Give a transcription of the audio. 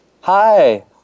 hi